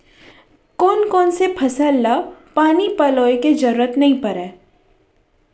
कोन कोन से फसल ला पानी पलोय के जरूरत नई परय?